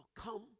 come